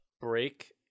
break